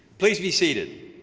please be seated.